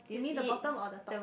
you mean the bottom or the top